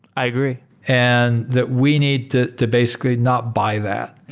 i agree and that we need to to basically not buy that,